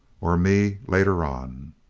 or me later on.